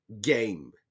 game